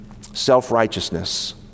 self-righteousness